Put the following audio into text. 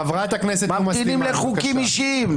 ממתינים לחוקים אישיים מרוב ליכוד.